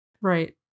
right